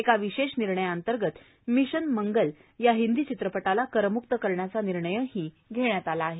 एका विशेष निर्णया अंतर्गत मिशन मंगल या हिंदी चित्रप ाला करम्क्त करण्याचाही निर्णय घेण्यात आला आहे